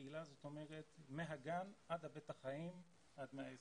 קהילה זאת אומרת מהגן עד בית החיים, עד 120,